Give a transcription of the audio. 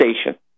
Station